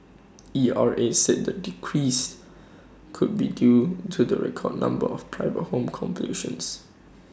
E R A said the decrease could be due to the record number of private home completions